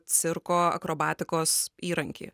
cirko akrobatikos įrankį